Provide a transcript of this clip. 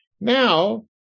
Now